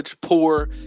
poor